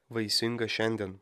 vaisingas šiandien